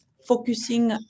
focusing